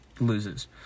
loses